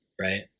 right